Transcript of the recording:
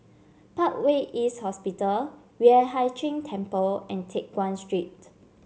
Parkway East Hospital Yueh Hai Ching Temple and Teck Guan Street